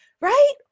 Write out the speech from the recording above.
right